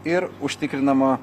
ir užtikrinama